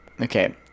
okay